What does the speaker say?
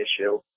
issue